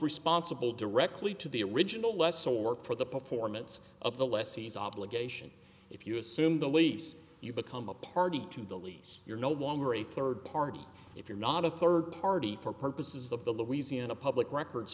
responsible directly to the original lesser work for the performance of the lessees obligation if you assume the waves you become a party to the lease you're no longer a third party if you're not a third party for purposes of the louisiana public records